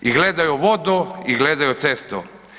I gledajo vodo, i gledajo cesto.